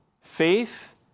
faith